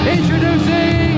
Introducing